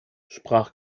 sprach